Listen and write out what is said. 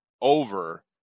over